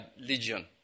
legion